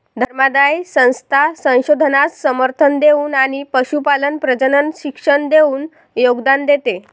धर्मादाय संस्था संशोधनास समर्थन देऊन आणि पशुपालन प्रजनन शिक्षण देऊन योगदान देते